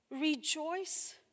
Rejoice